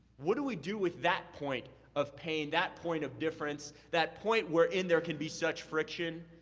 what do we do with that point of pain, that point of difference, that point where in there can be such friction?